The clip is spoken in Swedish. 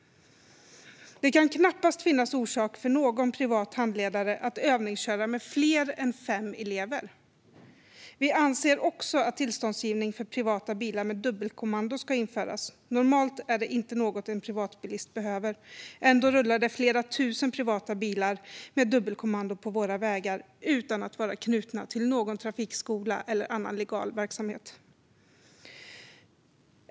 Det kan knappast finnas orsak för någon privat handledare att övningsköra med fler än fem elever. Vi anser också att tillståndsgivning för privata bilar med dubbelkommando ska införas. Normalt är detta inte något en privatbilist behöver. Ändå rullar på våra vägar flera tusen privata bilar med dubbelkommando utan att vara knutna till någon trafikskola eller annan legal verksamhet.